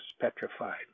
petrified